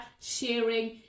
sharing